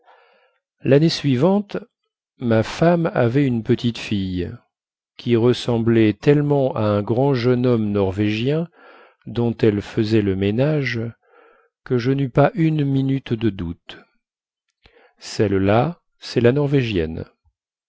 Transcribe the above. lannée suivante ma femme avait une petite fille qui ressemblait tellement à un grand jeune homme norvégien dont elle faisait le ménage que je neus pas une minute de doute celle-là cest la norvégienne